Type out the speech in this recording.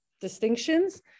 distinctions